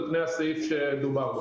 על פני הסעיף שדובר בו.